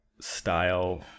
style